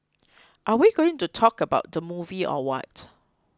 are we going to talk about the movie or what